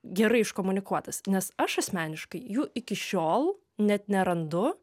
gerai iškomunikuotas nes aš asmeniškai jų iki šiol net nerandu